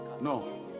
No